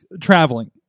traveling